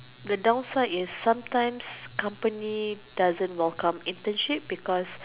the downside is sometimes company doesn't welcome internship because